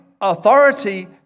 authority